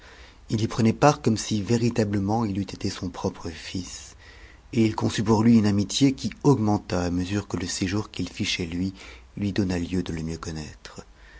il y prenait part comme si véritablement il eût été son propre fils et il conçut pour lui une amitié qui augmenta à mesure que le séjour qu'il fit chez lui lui donna lieu de le mieux connaître